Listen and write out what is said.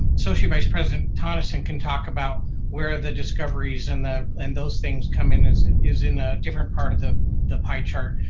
and associate vice president tonneson can talk about where the discoveries and and those things come in, is is in a different part of the the pie chart.